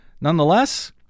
Nonetheless